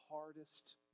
hardest